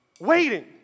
waiting